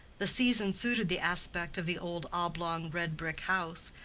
the season suited the aspect of the old oblong red-brick house,